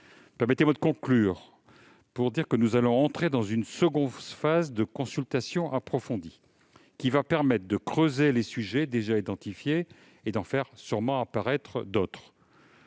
Permettez-moi aussi de vous préciser que nous allons entrer dans une seconde phase de consultation approfondie, qui va permettre de creuser les sujets déjà identifiés et sûrement d'en faire apparaître d'autres.